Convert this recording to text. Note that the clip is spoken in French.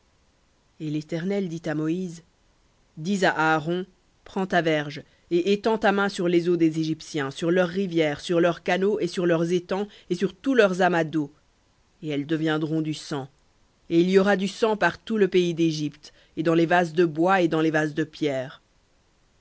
et l'éternel dit à moïse dis à aaron prends ta verge et étends ta main sur les eaux des égyptiens sur leurs rivières sur leurs canaux et sur leurs étangs et sur tous leurs amas d'eau et elles deviendront du sang et il y aura du sang par tout le pays d'égypte et dans les vases de bois et dans les vases de pierre